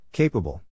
Capable